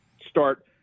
start